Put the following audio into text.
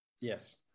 yes